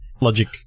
logic